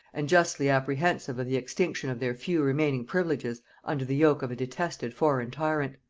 and justly apprehensive of the extinction of their few remaining privileges under the yoke of a detested foreign tyrant.